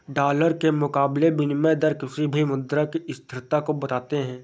dollar के मुकाबले विनियम दर किसी भी मुद्रा की स्थिरता को बताते हैं